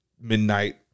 midnight